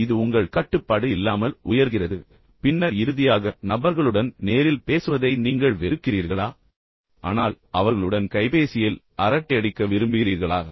எனவே இது உங்கள் கட்டுப்பாடு இல்லாமல் உயர்கிறது பின்னர் இறுதியாக நபர்களுடன் நேரில் பேசுவதை நீங்கள் வெறுக்கிறீர்களா ஆனால் அவர்களுடன் கைபேசியில் அரட்டையடிக்க விரும்புகிறீர்களா